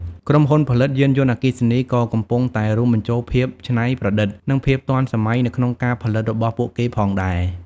ក្រុមហ៊ុនផលិតយានយន្តអគ្គីសនី ក៏កំពុងតែរួមបញ្ចូលភាពច្នៃប្រឌិត និងភាពទាន់សម័យទៅក្នុងការផលិតរបស់ពួកគេផងដែរ។